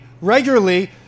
regularly